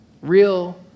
Real